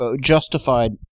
justified